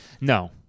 No